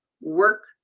work